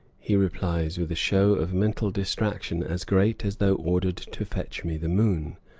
he replies, with a show of mental distraction as great as though ordered to fetch me the moon.